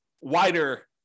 wider